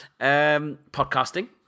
Podcasting